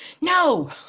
no